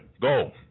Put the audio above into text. go